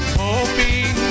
hoping